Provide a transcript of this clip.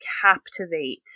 captivate